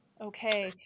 Okay